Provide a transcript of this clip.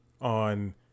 on